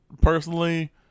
personally